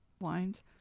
wines